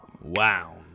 Wow